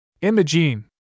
Imogene